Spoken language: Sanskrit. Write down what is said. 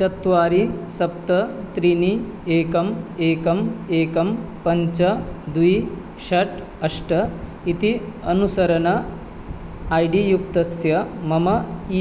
चत्वारि सप्त त्रीणि एकम् एकम् एकं पञ्च द्वि षट् अष्ट इति अनुसरन् ऐ डी युक्तस्य मम